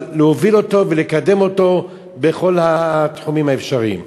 אבל להוביל אותו ולקדם אותו בכל התחומים האפשריים.